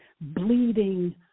bleeding